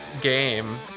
game